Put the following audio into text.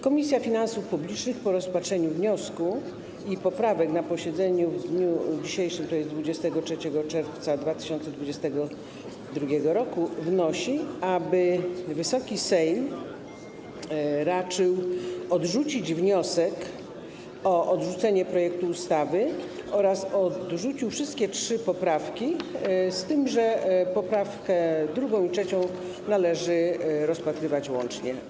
Komisja Finansów Publicznych po rozpatrzeniu wniosku i poprawek na posiedzeniu w dniu dzisiejszym, tj. 23 czerwca 2022 r., wnosi, aby Wysoki Sejm raczył odrzucić wniosek o odrzucenie projektu ustawy oraz wszystkie trzy poprawki, z tym że poprawki 2. i 3. należy rozpatrywać łącznie.